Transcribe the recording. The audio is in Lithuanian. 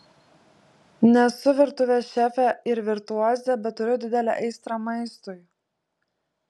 nesu virtuvės šefė ir virtuozė bet turiu didelę aistrą maistui